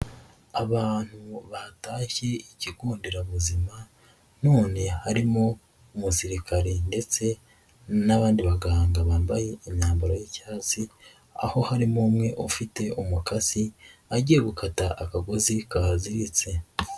Abantu batashye ikigo nderabuzima none harimo umusirikare ndetse n'abandi baganga bambaye imyambaro y'icyatsi aho harimo umwe ufite umukasi, agiye gukata akagozi kahaziritse.